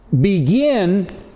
begin